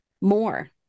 more